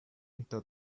into